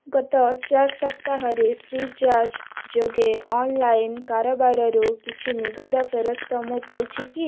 ଗତ ଚାରି ସପ୍ତାହରେ ଫ୍ରିଚାର୍ଜ୍ ଯୋଗେ ଅନଲାଇନ କାରବାରରୁ କିଛି ନଗଦ ଫେରସ୍ତ ମୁଁ ପାଇଛି କି